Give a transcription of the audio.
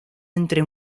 entre